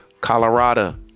Colorado